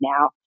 now